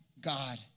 God